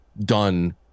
done